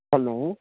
hello